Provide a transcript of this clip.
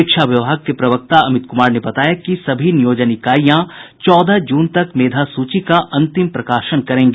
शिक्षा विभाग के प्रवक्ता अमित कुमार ने बताया कि सभी नियोजन इकाईयां चौदह जून तक मेधा सूची का अंतिम प्रकाशन करेंगी